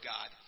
God